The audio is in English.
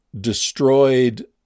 destroyed